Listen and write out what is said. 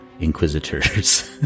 Inquisitors